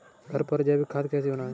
घर पर जैविक खाद कैसे बनाएँ?